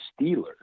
Steelers